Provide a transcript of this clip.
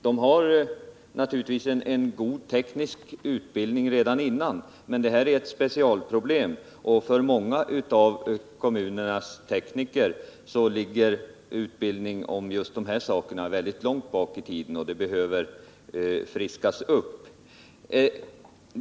De har naturligtvis redan nu en god teknisk utbildning, men detta är ett specialproblem, och för många av kommunernas tekniker ligger utbildningen på det här området väldigt långt tillbaka i tiden och deras kunskap behöver friskas upp.